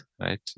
right